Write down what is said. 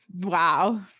wow